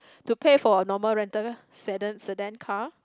to pay for a normal rental Sedan Sedan car